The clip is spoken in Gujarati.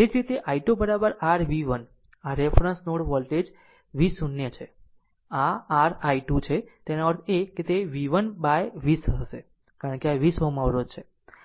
તે જ રીતેi 2 r v1 આ રેફરન્સ નોડ વોલ્ટેજ 0 v 0 છે 0 આ r i 2 છે તેનો અર્થ એ કે તે v1 by 20 થશે કારણ કે આ 20 Ω અવરોધ છે